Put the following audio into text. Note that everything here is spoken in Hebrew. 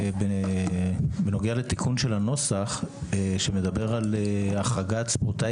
לציין בנוגע לתיקון של הנוסח שמדבר על החרגת ספורטאי